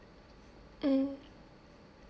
um